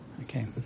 Okay